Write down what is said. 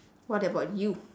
what about you